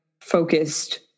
focused